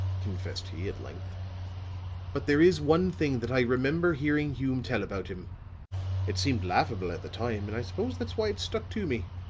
confessed he, at length but there is one thing that i remember hearing hume tell about him it seemed laughable at the time, and i suppose that's why it's stuck to me.